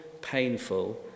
painful